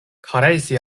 karesi